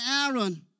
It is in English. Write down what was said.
Aaron